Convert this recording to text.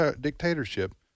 Dictatorship